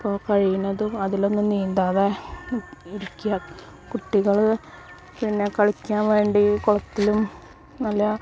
അപ്പോൾ കഴിയുന്നതും അതിലൊന്നും നീന്താതെ ഇരിക്കുക കുട്ടികൾ പിന്നെ കളിക്കാൻ വേണ്ടി കുളത്തിലും വല്ല